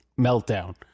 meltdown